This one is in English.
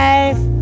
Life